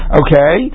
okay